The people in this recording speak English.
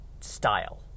style